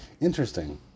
Interesting